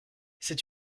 c’est